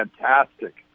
fantastic